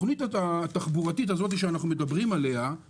בתוכנית התחבורתית שאנחנו מדברים עליה יש